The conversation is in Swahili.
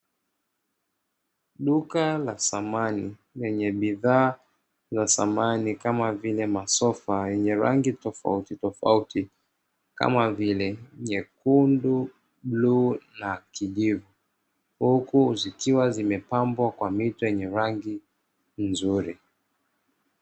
Duka la samani lenye bidhaa za samani kama vile masofa yenye rangi tofautitofauti kama vile nyekundu, bluu na kijivu huku zikiwa zimepambwa kwa mito yenye rangi nzuri.